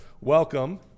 welcome